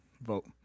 vote